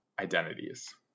identities